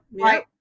Right